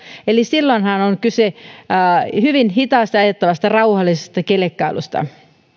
eli silloinhan on kyse hyvin hitaasti ajettavasta rauhallisesta kelkkailusta